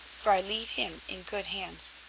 for i leave him in good hands.